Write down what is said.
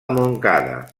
montcada